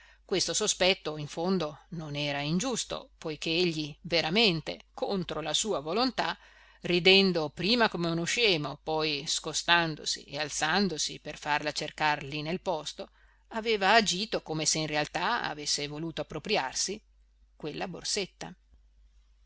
questo sospetto in fondo non era ingiusto poiché egli veramente contro la sua volontà ridendo prima come uno scemo poi scostandosi e alzandosi per farla cercar lì nel posto aveva agito come se in realtà avesse voluto appropriarsi quella borsetta